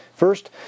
First